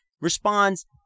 responds